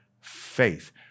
faith